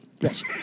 Yes